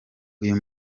uyu